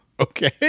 okay